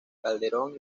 calderón